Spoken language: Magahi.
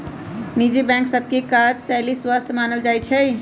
निजी बैंक सभ के काजशैली स्वस्थ मानल जाइ छइ